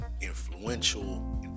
influential